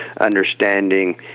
understanding